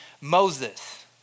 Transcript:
Moses